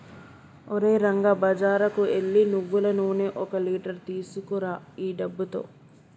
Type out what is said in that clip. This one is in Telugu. ఓరే రంగా బజారుకు ఎల్లి నువ్వులు నూనె ఒక లీటర్ తీసుకురా ఈ డబ్బుతో